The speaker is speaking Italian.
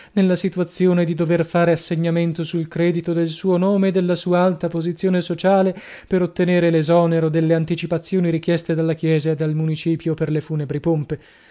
nella situazione di dover fare assegnamento sul credito del suo nome e della sua alta posizione sociale per ottenere l'esonero dalle anticipazioni richieste dalla chiesa e dal municipio per le funebri pompe